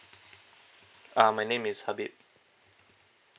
uh my name is habib